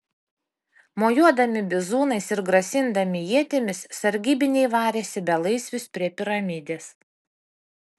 mojuodami bizūnais ir grasindami ietimis sargybiniai varėsi belaisvius prie piramidės